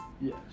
Yes